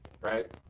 right